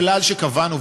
הכלל שקבענו,